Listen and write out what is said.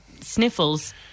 sniffles